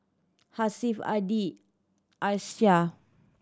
Hasif Adi Aishah